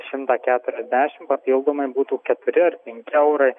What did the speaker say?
šimtą keturiasdešim papildomai būtų keturi ar penki eurai